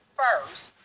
first